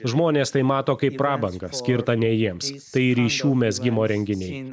žmonės tai mato kaip prabangą skirtą ne jiems tai ryšių mezgimo renginiai